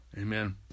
Amen